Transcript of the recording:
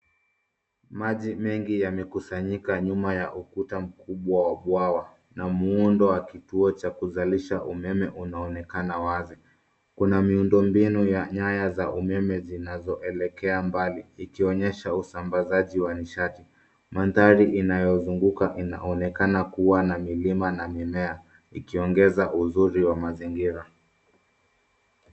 Maji mengi yamekusanyika nyuma ya ukuta mkubwa wa bwawa na muundo wa kituo cha kuzalisha umeme unaonekana wazi. Kuna miundo mbinu ya nyaya za umeme zinazoelekea mbali, ikionyesha usambazaji wa nishati. Mandhari inayozunguka inaonekana kuwa na milima na mimea, ikiongeza uzuri wa mazingira.